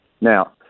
Now